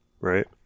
right